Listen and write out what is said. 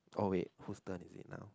oh ya who's turn is it now